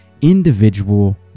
individual